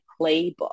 playbook